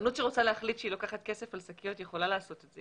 חנות שרוצה להחליט שהיא לוקחת כסף על שקיות יכולה לעשות את זה.